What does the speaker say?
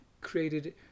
created